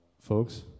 folks